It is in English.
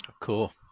Cool